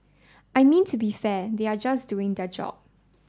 I mean to be fair they are just doing their job